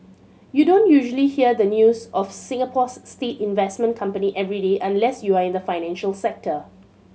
you don't usually hear the news of Singapore's state investment company every day unless you're in the financial sector